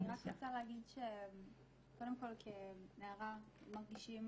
אני רק רוצה להגיד שקודם כל כנערה מרגישים